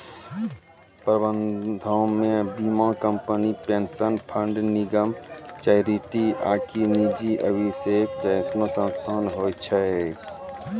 निवेश प्रबंधनो मे बीमा कंपनी, पेंशन फंड, निगम, चैरिटी आकि निजी निवेशक जैसनो संस्थान होय छै